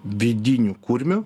vidinių kurmių